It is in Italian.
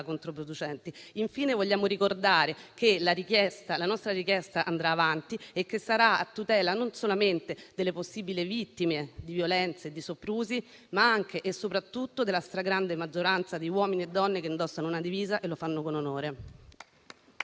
controproducenti. Infine, vogliamo ricordare che la nostra richiesta andrà avanti e che sarà a tutela non solamente delle possibili vittime di violenze e di soprusi, ma anche e soprattutto della stragrande maggioranza di uomini e donne che indossano una divisa e lo fanno con onore.